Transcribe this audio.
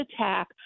attack